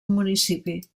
municipi